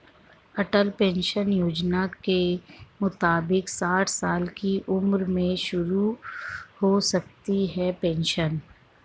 अटल pension योजना के मुताबिक साठ साल की उम्र में शुरू हो सकती है पेंशन